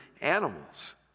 animals